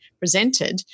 presented